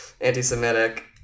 anti-semitic